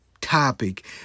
topic